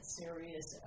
serious